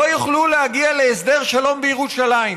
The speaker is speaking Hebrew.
לא יוכלו להגיע להסדר שלום בירושלים.